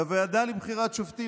בוועדה לבחירת שופטים,